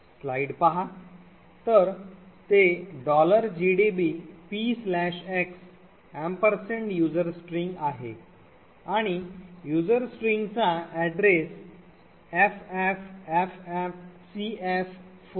तर ते gdb px user string आहे आणि user string चा address ffffcf48 आहे